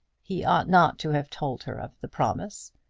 he ought not to have told her of the promise.